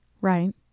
Right